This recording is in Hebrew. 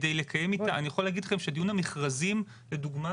אני יכול להגיד לכם שדיון המכרזים לדוגמה,